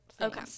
okay